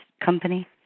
company